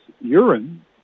urine